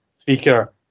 speaker